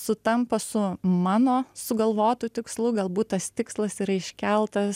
sutampa su mano sugalvotu tikslu galbūt tas tikslas yra iškeltas